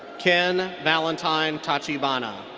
ken valentine tachibana.